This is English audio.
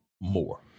more